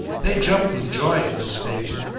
they jumped with joy at this favour,